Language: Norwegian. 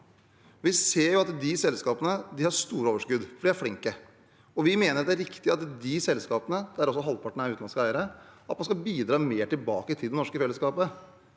Vi ser jo at de selskapene har store overskudd, for de er flinke. Vi mener at det er riktig at de selskapene, der altså halvparten har utenlandske eiere, skal bidra mer tilbake til det norske fellesskapet.